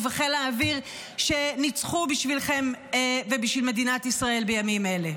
ובחיל האוויר שניצחו בשבילכם ובשביל מדינת ישראל בימים אלה.